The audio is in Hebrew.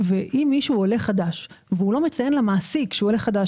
אם מישהו עולה חדש והוא לא מציין למעסיק שהוא עולה חדש